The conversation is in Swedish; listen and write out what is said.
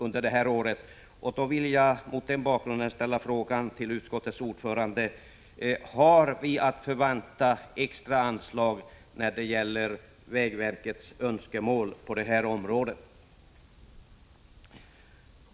Mot den bakgrunden vill jag ställa följande fråga till utskottets ordförande: Har vi att förvänta oss extra anslag för att tillgodose vägverkets önskemål på detta område?